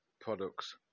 products